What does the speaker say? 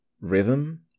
rhythm